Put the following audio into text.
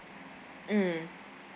mm